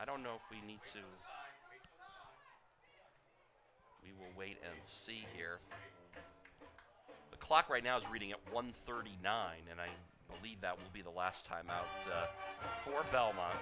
i don't know if we need to we will wait and see here the clock right now is reading at one thirty nine and i believe that will be the last time out for belmont